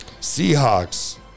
Seahawks